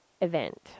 event